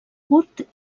curt